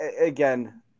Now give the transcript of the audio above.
again